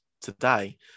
today